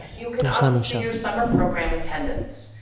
you can also see your summer program attendance.